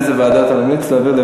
לאיזה ועדה אתה ממליץ להעביר?